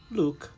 look